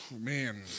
man